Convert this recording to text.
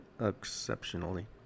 exceptionally